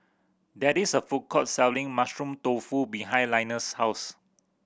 there is a food court selling Mushroom Tofu behind Linus' house